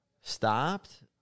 stopped